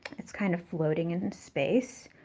it's kind of floating in space.